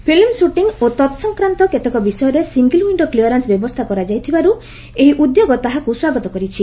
film shooting ଓ ତତ୍ସଂକ୍ରାନ୍ତ କେତେକ ବିଷୟରେ ସିଙ୍ଗିଲ୍ ୱିଶ୍ଡୋ କ୍ଲିୟରାନ୍ନ ବ୍ୟବସ୍ଥା କରାଯାଇଥିବାରୁ ଏହି ଉଦ୍ୟୋଗ ତାହାକୁ ସ୍ୱାଗତ କରିଛି